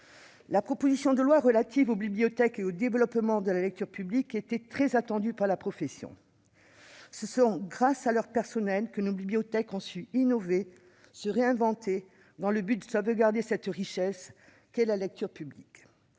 La proposition de loi relative aux bibliothèques et au développement de la lecture publique était très attendue par la profession. C'est grâce à leurs personnels que nos bibliothèques ont su innover, se réinventer, afin de sauvegarder cette richesse qu'est la lecture publique,